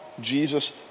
Jesus